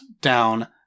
down